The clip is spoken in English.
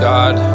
God